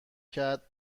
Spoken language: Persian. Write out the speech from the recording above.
کرد